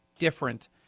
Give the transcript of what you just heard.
different